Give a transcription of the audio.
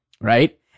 right